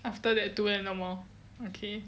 after that two and no more okay